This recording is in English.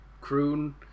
croon